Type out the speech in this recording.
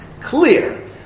clear